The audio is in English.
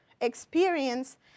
experience